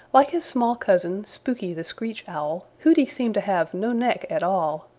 like his small cousin, spooky the screech owl, hooty seemed to have no neck at all.